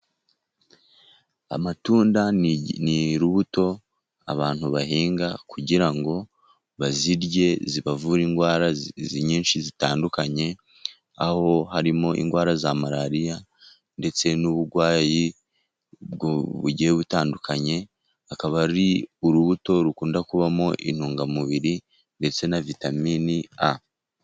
Amatunda ni urubuto abantu bahinga ,kugira ngo bazirye zibavure indwara nyinshi zitandukanye, aho harimo indwara za Malariya ndetse n'uburwayi bugiye butandukanye ,akaba ari urubuto rukunda kubamo intungamubiri, ndetse na vitamini A.